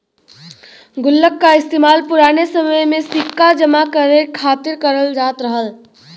गुल्लक का इस्तेमाल पुराने समय में सिक्का जमा करे खातिर करल जात रहल